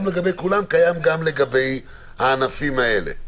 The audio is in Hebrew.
לגבי כולם קיים גם לגבי הענפים האלה.